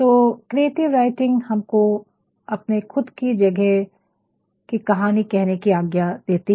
तो creative writing हमको अपने खुद की जगह की कहानी कहने की आज्ञा देती है